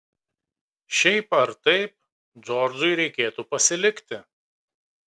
šiaip ar taip džordžui reikėtų pasilikti